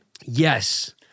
Yes